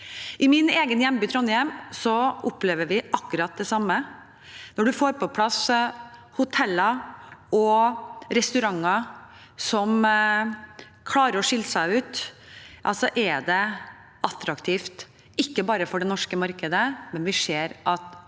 I min egen hjemby, Trondheim, opplever vi akkurat det samme. Når man får på plass hoteller og restauranter som klarer å skille seg ut, er det attraktivt ikke bare for det norske markedet, og vi ser at turister